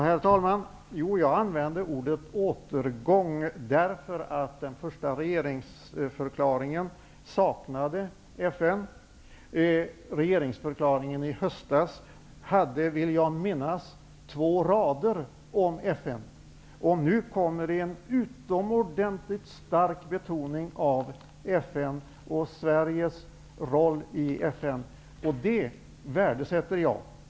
Herr talman! Jag använde ordet ''återgång'' eftersom FN saknades i den första regeringsförklaringen. I den regeringsförklaring som avgavs i höstas fanns, vill jag minnas, två rader om FN. Nu görs en utomordentligt stark betoning av FN och Sveriges roll i FN. Det värdesätter jag.